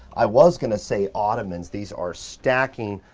i was gonna say ottomans, these are stacking,